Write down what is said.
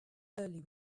early